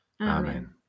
Amen